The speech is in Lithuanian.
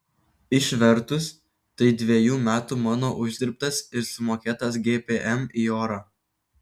išvertus tai dviejų metų mano uždirbtas ir sumokėtas gpm į orą